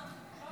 אני